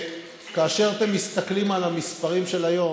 כאשר אתם מסתכלים על המספרים של היום,